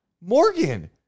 Morgan